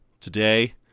Today